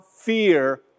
fear